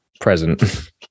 present